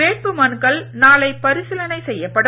வேட்புமனுக்கள் நாளை பரிசீலனை செய்யப்படும்